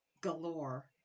galore